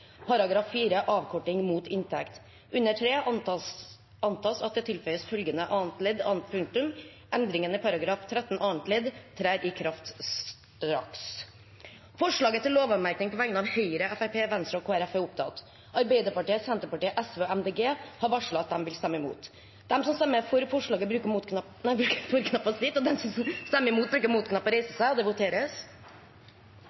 Avkorting mot inntekt Under III antas at det tilføyes følgende annet ledd annet punktum: Endringen i § 13 annet ledd trer i kraft straks.» Arbeiderpartiet, Senterpartiet, Sosialistisk Venstreparti og Miljøpartiet De Grønne har varslet at de vil stemme imot.